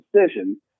decision